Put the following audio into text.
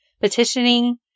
petitioning